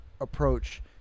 approach